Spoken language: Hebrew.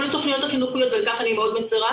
לתוכניות החינוכיות ועל כך אני מאוד מצרה,